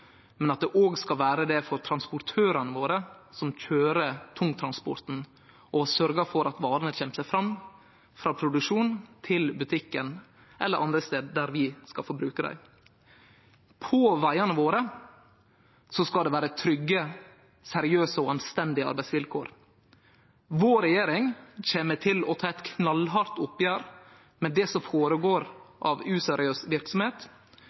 men at det òg skal vere det for transportørane våre, som køyrer tungtransporten og sørgjer for at varene kjem seg fram, frå produksjon til butikk eller til andre stadar der vi skal forbruke dei. På vegane våre skal det vere trygge, seriøse og anstendige arbeidsvilkår. Vår regjering kjem til å ta eit knallhardt oppgjer med det som går føre seg av useriøs